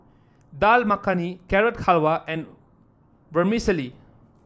Dal Makhani Carrot Halwa and Vermicelli